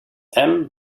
and